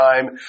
time